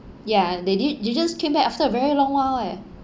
ya they did they just came back after a very long while eh